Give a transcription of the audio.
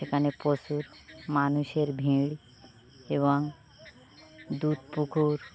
সেখানে প্রচুর মানুষের ভিড় এবং দুধ পুকুর